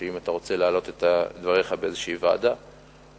אם אתה רוצה להעלות את דבריך בוועדה כלשהי,